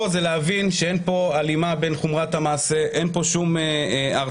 להבין שאין פה הלימה בין חומרת המעשה ואין פה שום הרתעה.